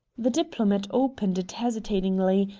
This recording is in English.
the diplomat opened it hesitatingly,